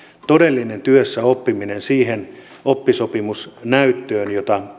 todellinen työssäoppiminen liittyen siihen oppisopimusnäyttöön